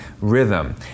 rhythm